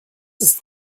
ist